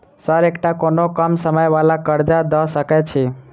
Sir एकटा कोनो कम समय वला कर्जा दऽ सकै छी?